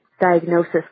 diagnosis